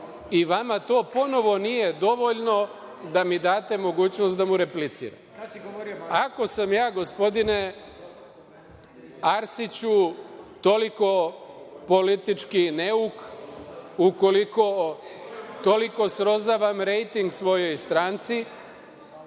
i vama to ponovo nije dovoljno da mi date mogućnost da mu repliciram. Gospodine Arsiću, ako sam ja toliko politički neuk, ukoliko toliko srozavam rejting svojoj stranci,